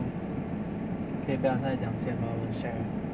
err 可以不要再讲钱 mah 我很 shag liao